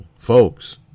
Folks